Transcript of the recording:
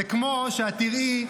זה כמו שאת תראי,